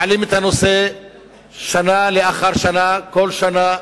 מעלים את הנושא שנה אחר שנה, כל שנה,